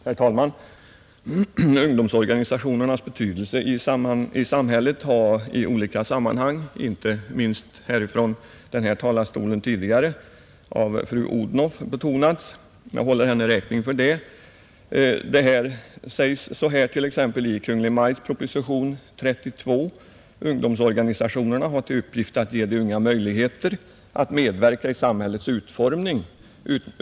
Herr talman! Ungdomsorganisationernas betydelse i samhället har tidigare i olika sammanhang betonats, inte minst ifrån den här talastolen av fru Odhnoff — jag håller henne räkning för det. Det sägs t.ex. i Kungl. Maj:ts proposition nr 32 att ”ungdomsorganisationerna har till uppgift att ge de unga möjligheter att medverka i samhällets utformning.